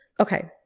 Okay